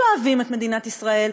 שאוהבים את מדינת ישראל,